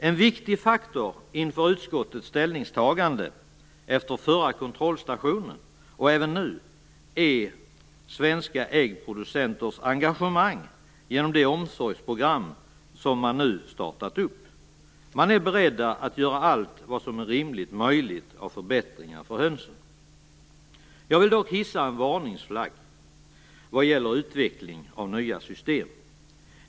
En viktig faktor inför utskottets ställningstagande efter förra kontrollstationen och även nu är svenska äggproducenters engagemang genom det omsorgsprogram som man nu startat. Man är beredd att göra allt vad som är rimligt möjligt för att få förbättringar för hönsen. Jag vill dock hissa en varningsflagg vad gäller utveckling av nya system.